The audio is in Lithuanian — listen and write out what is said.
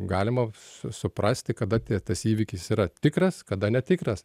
galima su suprasti kada tas įvykis yra tikras kada netikras